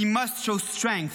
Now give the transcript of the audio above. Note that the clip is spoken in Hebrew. we must show strength.